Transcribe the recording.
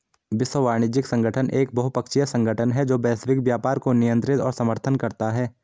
विश्व वाणिज्य संगठन एक बहुपक्षीय संगठन है जो वैश्विक व्यापार को नियंत्रित और समर्थन करता है